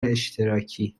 اشتراکی